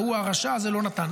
ההוא, הרשע הזה לא נתן.